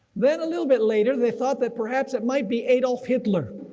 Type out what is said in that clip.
then a little bit later they thought that perhaps that might be adolf hitler,